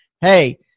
hey